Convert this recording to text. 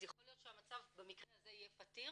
אז יכול להיות שהמצב במקרה הזה יהיה פתיר